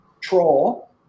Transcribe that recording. troll